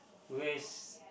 raise